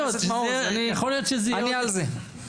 אני על זה.